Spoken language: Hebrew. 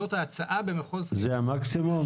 זה המקסימום?